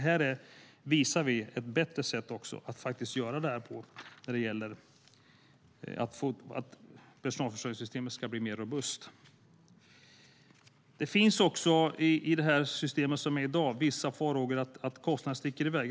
Här visar vi också att det faktiskt är ett bättre sätt när det gäller att göra personalförsörjningssystemet mer robust. Det finns vissa farhågor att kostnaderna sticker i väg för dagens system.